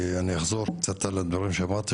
אני אחזור קצת על הדברים שאמרתי,